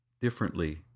differently